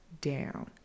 down